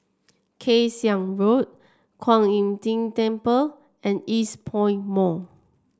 Kay Siang Road Kuan Im Tng Temple and Eastpoint Mall